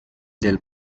del